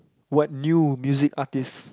what new music artist